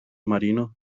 marino